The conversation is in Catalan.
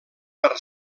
per